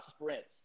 sprints